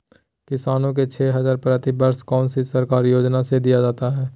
किसानों को छे हज़ार प्रति वर्ष कौन सी सरकारी योजना से दिया जाता है?